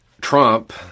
Trump